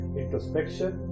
introspection